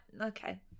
okay